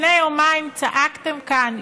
לפני יומיים צעקתם כאן,